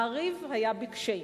"מעריב" היה בקשיים,